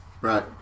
right